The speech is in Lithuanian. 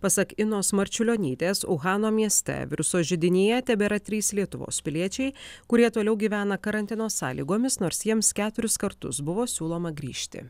pasak inos marčiulionytės uhano mieste viruso židinyje tebėra trys lietuvos piliečiai kurie toliau gyvena karantino sąlygomis nors jiems keturis kartus buvo siūloma grįžti